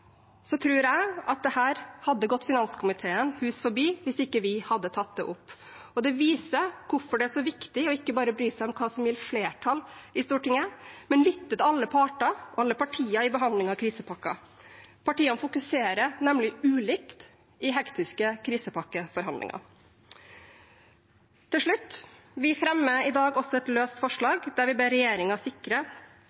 så viktig ikke bare å bry seg om hva som gir flertall i Stortinget, men å lytte til alle parter, alle partier, i behandlingen av krisepakken. Partiene fokuserer nemlig ulikt i hektiske krisepakkeforhandlinger. Til slutt: Vi fremmer i dag også et løst